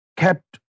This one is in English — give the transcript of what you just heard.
kept